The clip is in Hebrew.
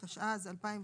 התשע"ז-2017,